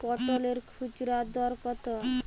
পটলের খুচরা দর কত?